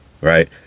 right